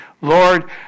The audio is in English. Lord